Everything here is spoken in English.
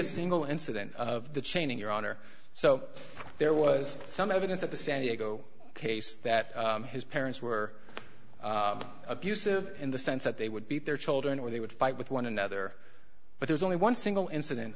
a single incident of the chaining your honor so there was some evidence that the san diego case that his parents were abusive in the sense that they would beat their children or they would fight with one another but there's only one single incident